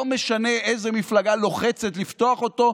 לא משנה איזו מפלגה לוחצת לפתוח אותו,